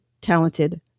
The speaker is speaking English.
talented